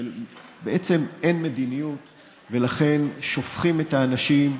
שבעצם אין מדיניות ולכן שופכים את האנשים,